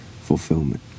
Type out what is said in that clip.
fulfillment